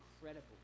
incredible